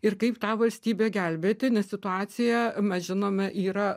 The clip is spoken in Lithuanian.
ir kaip tą valstybę gelbėti nes situacija mes žinome yra